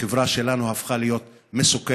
החברה שלנו הפכה להיות מסוכנת,